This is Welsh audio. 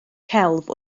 celf